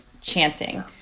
chanting